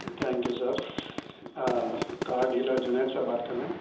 thank you sir car dealer Junaid sir بات کر رہے ہیں